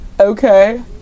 Okay